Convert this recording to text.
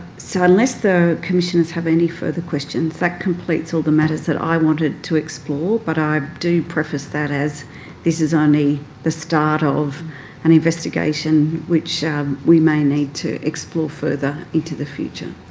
so unless the commissioners have any further questions, that completes all the matters that i wanted to explore, but i do preface that as this is only the start of an investigation which we may need to explore further into the future.